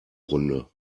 runde